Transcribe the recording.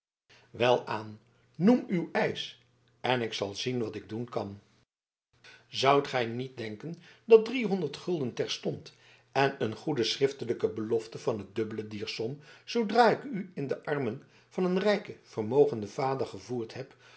welaan noem uw eisch en ik zal zien wat ik doen kan zoudt gij niet denken dat driehonderd gulden terstond en een goede schriftelijke belofte van het dubbele dier som zoodra ik u in de armen van een rijken vermogenden vader gevoerd heb